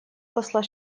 посла